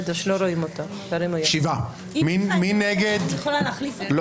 אני יכולה להחליף אותו?